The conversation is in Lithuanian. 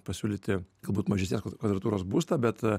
pasiūlyti galbūt mažesnės kvadratūros būstą bet